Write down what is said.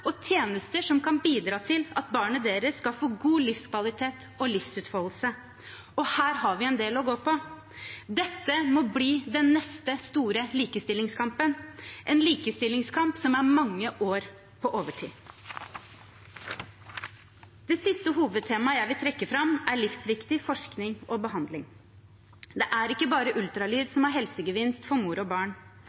og tjenester som kan bidra til at barnet deres skal få god livskvalitet og livsutfoldelse. Og her har vi en del å gå på. Dette må bli den neste store likestillingskampen – en likestillingskamp som er mange år på overtid. Det siste hovedtemaet jeg vil trekke fram, er livsviktig forskning og behandling. Det er ikke bare ultralyd som har helsegevinst for mor og barn.